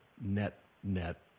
net-net